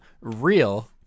real